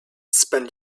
spent